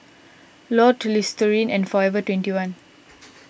Lotte Listerine and forever twenty one